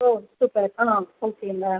ஓ super ஆ ஓகேங்க